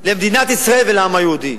למדינת ישראל ולעם היהודי.